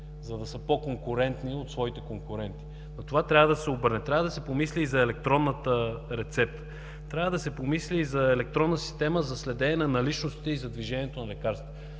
за да са по-конкурентни от своите конкуренти. Трябва да се помисли и за електронната рецепта, трябва да се помисли за електронната система за следене за личности и за движението на лекарствата